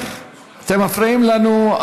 אתם מפריעים לנו.